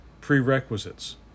prerequisites